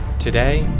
today,